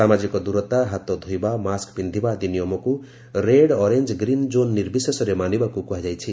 ସାମାଜିକ ଦୂରତା ହାତ ଧୋଇବା ମାସ୍କ ପିନ୍ଧିବା ଆଦି ନିୟମକୁ ରେଡ୍ ଅରେଞ୍ଜ ଗ୍ରୀନ୍ ଜୋନ୍ ନିର୍ବିଶେଷରେ ମାନିବାକୁ କୁହାଯାଇଛି